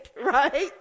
right